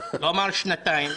לא אמר שנתיים.